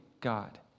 God